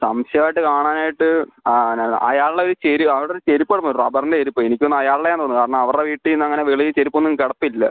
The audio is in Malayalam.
സംശയം ആയിട്ട് കാണാനായിട്ട് അല്ല അയാളുടെ ഒരു അവിടെ ഒരു ചെരുപ്പ് കിടപ്പുണ്ട് റബ്ബറിൻ്റെ ചെരുപ്പ് എനിക്ക് തോന്നുന്നു അയാളുടെയാണ് തോന്നുന്നു അവരുടെ വീട്ടിൽനിന്ന് അങ്ങനെ വെളിയിൽ ചെരുപ്പ് ഒന്നും കിടപ്പില്ല